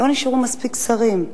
לא נשארו מספיק שרים,